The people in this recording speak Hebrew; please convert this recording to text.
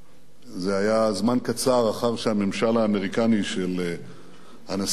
זה היה זמן קצר אחר שהממשל האמריקני של הנשיא פורד